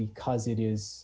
because it is